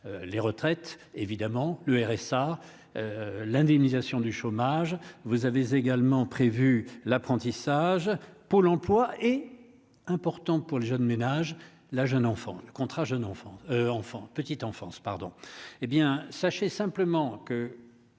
les retraites, évidemment, le RSA l'indemnisation du chômage, vous avez également prévu l'apprentissage Pôle emploi est important pour les jeunes ménages la jeune enfant le contrat jeune enfant enfant Petite enfance pardon,